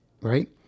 right